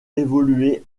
évoluer